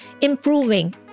improving